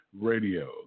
Radio